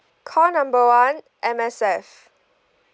call number one M_S_F